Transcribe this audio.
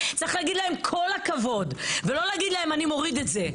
צריך להגיד להם כל הכבוד ולא להגיד להם: אני מוריד את זה,